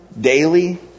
daily